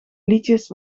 liedjes